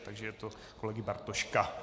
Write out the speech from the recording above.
Takže je to kolegy Bartoška!